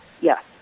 yes